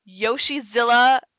Yoshizilla